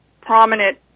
prominent